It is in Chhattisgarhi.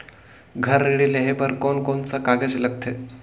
घर ऋण लेहे बार कोन कोन सा कागज लगथे?